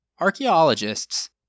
Archaeologists